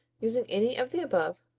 using any of the above,